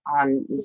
on